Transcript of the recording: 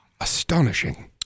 Astonishing